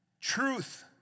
Truth